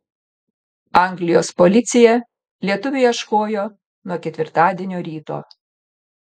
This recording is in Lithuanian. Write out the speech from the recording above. anglijos policija lietuvio ieškojo nuo ketvirtadienio ryto